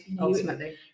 ultimately